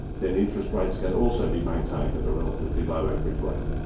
then interest rates can also be maintained at a relatively low average rate.